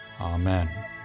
amen